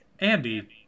Andy